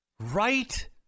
Right